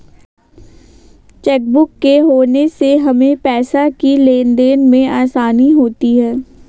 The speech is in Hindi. चेकबुक के होने से हमें पैसों की लेनदेन में आसानी होती हैँ